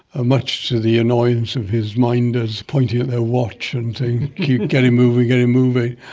ah much to the annoyance of his minders pointing at their watch and saying get him moving, get him moving'.